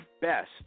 best